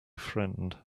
friend